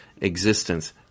existence